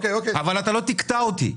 אתה לא תקטע אותי.